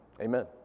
Amen